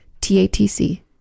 T-A-T-C